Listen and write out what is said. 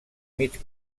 mig